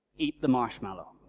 eat the marshmallow,